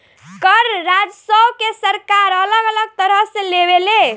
कर राजस्व के सरकार अलग अलग तरह से लेवे ले